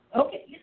okay